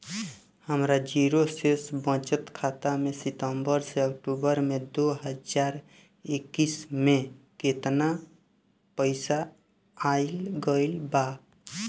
हमार जीरो शेष बचत खाता में सितंबर से अक्तूबर में दो हज़ार इक्कीस में केतना पइसा आइल गइल बा?